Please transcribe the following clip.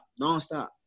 Nonstop